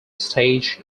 stage